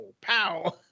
pow